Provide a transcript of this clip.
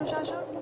אם אפשר לשאול?